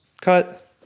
cut